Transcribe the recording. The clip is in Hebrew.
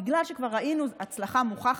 בגלל שכבר ראינו הצלחה מוכחת,